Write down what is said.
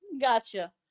gotcha